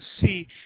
see